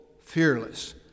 fearless